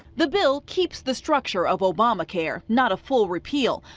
the bill keeps the structure of obamacare, not a full repeal.